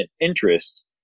interest